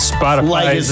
Spotify